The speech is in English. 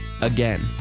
Again